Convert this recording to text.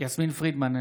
יסמין פרידמן,